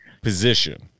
position